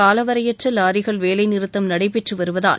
காலவரையற்ற லாரிகள் வேலைநிறுத்தம் நடைபெற்று வருவதால்